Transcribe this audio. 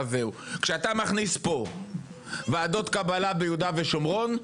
כשאתה מכניס פה ועדות קבלה ביהודה ושומרון,